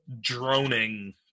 droning